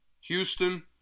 Houston